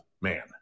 man